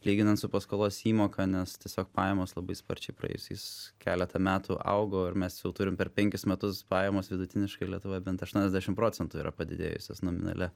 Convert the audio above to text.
lyginant su paskolos įmoka nes tiesiog pajamos labai sparčiai praėjusiais keletą metų augo ir mes jau turim per penkis metus pajamos vidutiniškai lietuvoje bent aštuoniasdešimt procentų yra padidėjusios nominalia